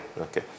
Okay